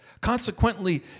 Consequently